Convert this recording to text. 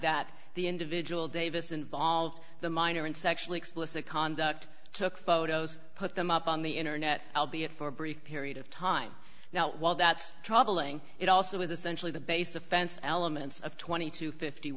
that the individual davis involved the minor in sexually explicit conduct took photos put them up on the internet i'll be it for a brief period of time now while that's troubling it also is essentially the base offense elements of twenty to fifty